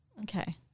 Okay